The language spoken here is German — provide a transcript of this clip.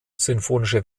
sinfonische